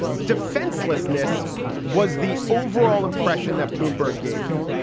defenselessness was the overall impression that bloomberg gave.